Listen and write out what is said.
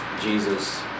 jesus